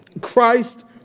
Christ